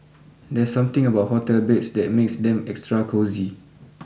there's something about hotel beds that makes them extra cosy